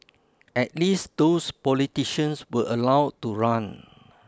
at least those politicians were allowed to run